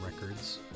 records